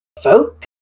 folk